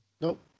nope